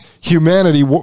humanity